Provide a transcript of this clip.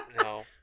No